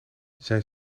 zijn